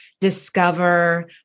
discover